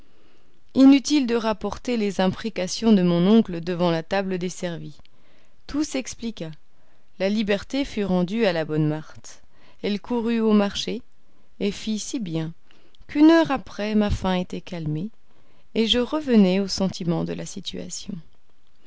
inutile de rapporter les imprécations de mon oncle devant la table desservie tout s'expliqua la liberté fut rendue à la bonne marthe elle courut au marché et fit si bien qu'une heure après ma faim était calmée et je revenais au sentiment de la situation